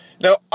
Now